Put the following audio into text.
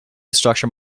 structure